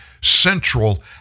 central